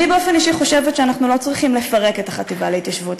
אני באופן אישי חושבת שאנחנו לא צריכים לפרק את החטיבה להתיישבות.